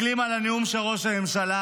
מסתכלים על הנאום של ראש הממשלה,